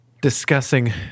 discussing